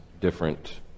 different